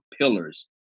pillars